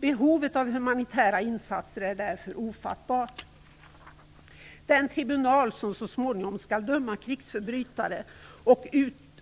Behovet av humanitära insatser är därför ofattbart. Den tribunal som så småningom skall döma krigsförbrytare